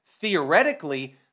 theoretically